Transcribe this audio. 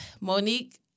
Monique